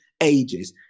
ages